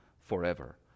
forever